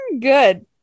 good